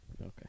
Okay